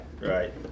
right